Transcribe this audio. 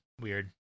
Weird